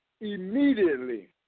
immediately